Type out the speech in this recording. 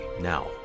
now